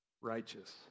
righteous